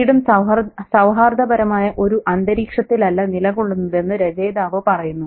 വീടും സൌഹാർദ്ദപരമായ ഒരു അന്തരീക്ഷത്തിലല്ല നിലകൊള്ളുന്നതെന്ന് രചയിതാവ് പറയുന്നു